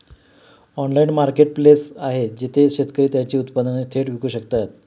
Online marketplace आहे जिथे शेतकरी त्यांची उत्पादने थेट विकू शकतात?